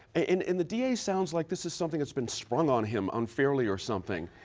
and and the d a. sounds like this is something that's been sprung on him unfairly or something,